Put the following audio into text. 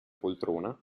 poltrona